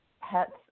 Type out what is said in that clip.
pets